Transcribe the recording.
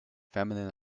feminine